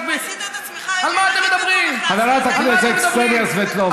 אתה רואה כליות ולב.